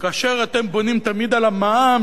כאשר אתם בונים תמיד על המע"מ,